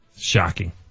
Shocking